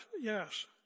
yes